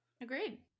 Agreed